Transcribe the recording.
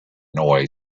noise